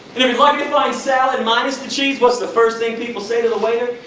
lucky to find salad minus the cheese, what's the first thing people say to the waiter?